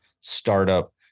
startup